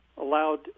allowed